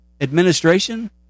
administration